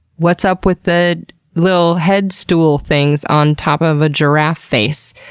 what's up with the lil' head-stool things on top of a giraffe face?